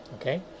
okay